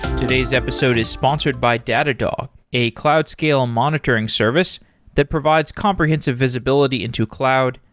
today's episode is sponsored by datadog, a cloud scale a monitoring service that provides comprehensive visibility into cloud,